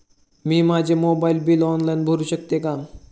मी माझे mobile bill online भरू शकते का?